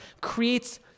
creates